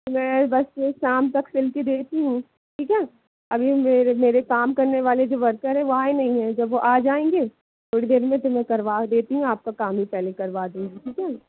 मैं बस शाम तक सिल के देती हूँ ठीक है अभी मेरे मेरे काम करने वाले जो वर्कर हैं वो आए नहीं है जब वो आ जाएंगे थोड़ी देर में तो मैं करवा देती हूँ आपका काम ही पहले करवा दूंगी ठीक है